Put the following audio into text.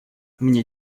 мне